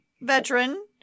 veteran